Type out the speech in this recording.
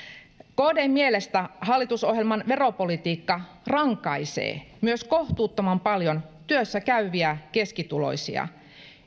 kdn mielestä hallitusohjelman veropolitiikka rankaisee myös kohtuuttoman paljon työssä käyviä keskituloisia